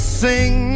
sing